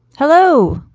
hello.